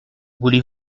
voulez